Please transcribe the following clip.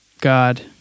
God